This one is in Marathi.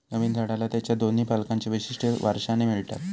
नवीन झाडाला त्याच्या दोन्ही पालकांची वैशिष्ट्ये वारशाने मिळतात